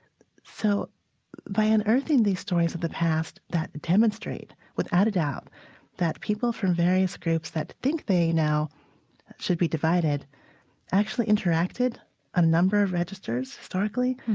so by unearthing these stories of the past that demonstrate without a doubt that people from various groups that think they now should be divided actually interacted on a number of registers historically,